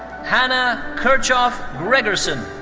hanne ah kirchof gregersen.